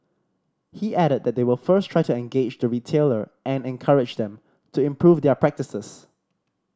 he added that they will first try to engage the retailer and encourage them to improve their practices